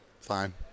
fine